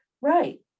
Right